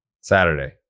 Saturday